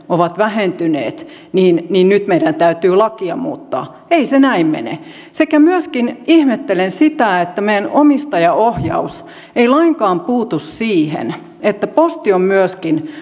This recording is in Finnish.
ovat vähentyneet nyt meidän täytyy lakia muuttaa ei se näin mene myöskin ihmettelen sitä että meidän omistajaohjaus ei lainkaan puutu siihen että posti on myöskin